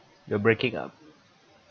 you're breaking up